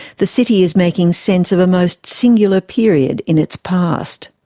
the city is making sense of a most singular period in its past.